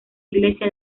iglesia